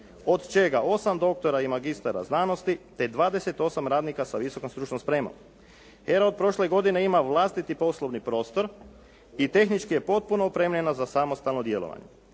od čega 8 doktora i magistara znanosti te 28 radnika sa visokom stručnom spremom. HERA od prošle godine ima vlastiti poslovni prostor i tehnički je potpuno opremljena za samostalno djelovanje.